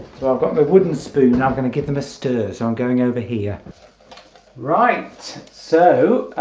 so i've got my wooden spoon now i'm gonna give them a stir so i'm going over here right so